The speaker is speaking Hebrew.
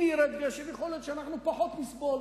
אם ירד גשם, יכול להיות שאנחנו פחות נסבול,